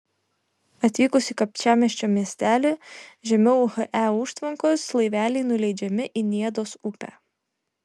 atvykus į kapčiamiesčio miestelį žemiau he užtvankos laiveliai nuleidžiami į niedos upę